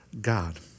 God